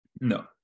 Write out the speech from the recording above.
No